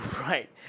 Right